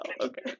Okay